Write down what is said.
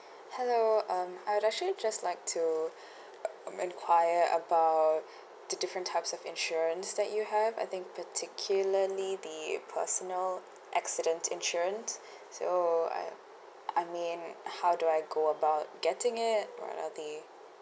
hello um I'll actually just like to enquire about the different types of insurance that you have I think particularly the personal accident insurance so I I mean how do I go about getting it what are the